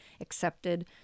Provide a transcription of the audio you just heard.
accepted